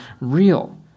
real